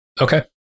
Okay